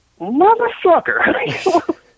Motherfucker